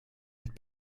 und